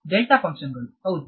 delta function ಗಳು ಹೌದು